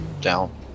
down